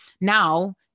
now